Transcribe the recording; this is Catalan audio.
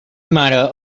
mare